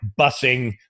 busing